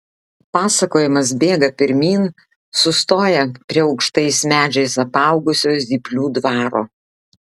pasakojimas bėga pirmyn sustoja prie aukštais medžiais apaugusio zyplių dvaro